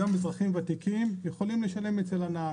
היום, אזרחים ותיקים יכולים לשלם אצל הנהג.